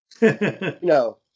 No